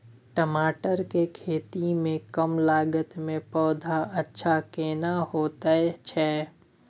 टमाटर के खेती में कम लागत में पौधा अच्छा केना होयत छै?